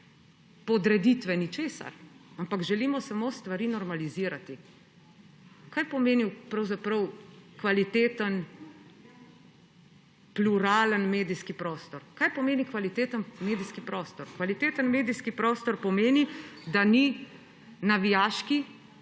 podreditve ničesar, ampak želimo samo stvari normalizirati. Kaj pomeni pravzaprav kvaliteten, pluralen medijski prostor? Kaj pomeni kvaliteten medijski prostor? Kvaliteten medijski prostor pomeni, da ni navijaški